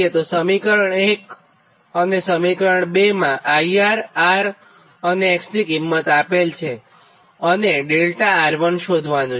તો સમીકરણ 1 અને 2 માં IR R અને X ની કિંમત આપેલ છે અને 𝛿𝑅1 શોધવાનું છે